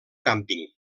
càmping